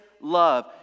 love